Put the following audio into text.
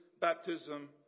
baptism